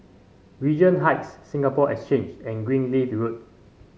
Regent Heights Singapore Exchange and Greenleaf Road